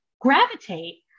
gravitate